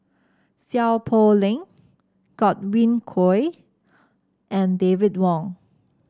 Seow Poh Leng Godwin Koay and David Wong